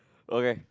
okay